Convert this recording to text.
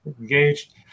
engaged